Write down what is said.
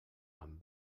amb